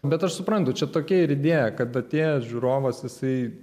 bet aš suprantu čia tokia ir idėja kad atėjęs žiūrovas jisai